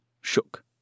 shook